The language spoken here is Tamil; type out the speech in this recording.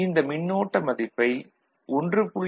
இந்த மின்னோட்ட மதிப்பை 1